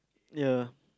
ya